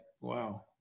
wow